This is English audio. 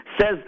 says